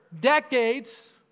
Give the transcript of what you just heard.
decades